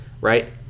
right